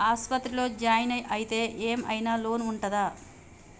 ఆస్పత్రి లో జాయిన్ అయితే ఏం ఐనా లోన్ ఉంటదా?